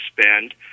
spend